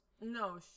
No